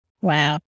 Wow